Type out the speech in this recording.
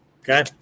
Okay